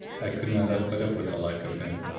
i could not have put up with the like of him.